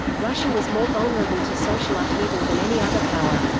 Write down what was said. russia was more vulnerable to social upheaval than any other power.